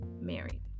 married